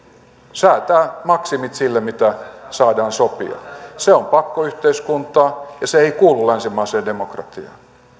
säätää maksimit sille mitä saadaan sopia se on pakkoyhteiskuntaa ja se ei kuulu länsimaiseen demokratiaan